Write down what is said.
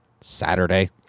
Saturday